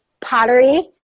pottery